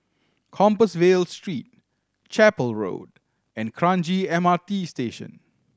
Compassvale Street Chapel Road and Kranji M R T Station